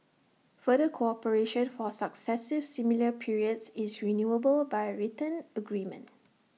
further cooperation for successive similar periods is renewable by written agreement